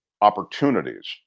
opportunities